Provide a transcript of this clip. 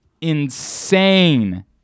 Insane